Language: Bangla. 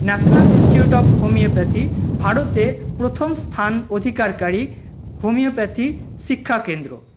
ন্যাশানাল ইন্সটিটিউট অফ হোমিওপ্যাথি ভারতে প্রথম স্থান অধিকারকারী হোমিওপ্যাথি শিক্ষাকেন্দ্র